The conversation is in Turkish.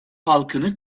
halkını